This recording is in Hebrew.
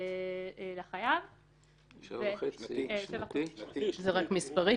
הבקשה להכרה הוגשה בהסתמך על כספים שנזקפו